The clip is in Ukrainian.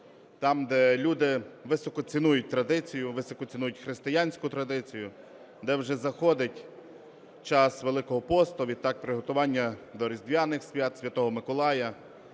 там, де люди високо цінують традицію, високо цінують християнську традицію, де вже заходить час Великого посту, відтак приготування до різдвяних свят, Святого Миколая.